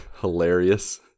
hilarious